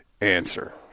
answer